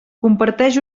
comparteix